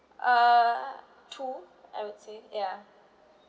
uh two I would say ya